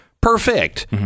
Perfect